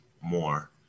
more